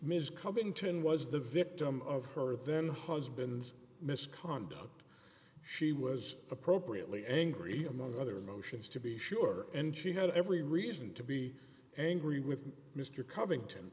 ms covington was the victim of her then husband's misconduct she was appropriately angry among other motions to be sure and she had every reason to be angry with mr covington